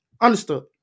understood